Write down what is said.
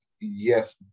yes